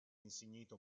insignito